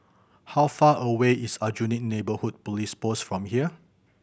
how far away is Aljunied Neighbourhood Police Post from here